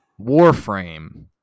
Warframe